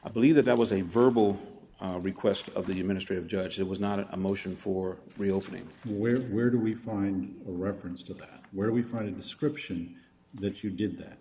i believe that that was a verbal request of the ministry of judge it was not a motion for real things where where do we find a reference to that where we find a description that you did that